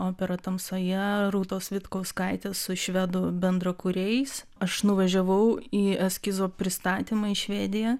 opera tamsoje rūtos vitkauskaitės su švedų bendrakūrėjais aš nuvažiavau į eskizo pristatymą į švediją